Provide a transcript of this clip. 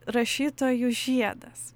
rašytojų žiedas